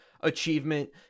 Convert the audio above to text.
achievement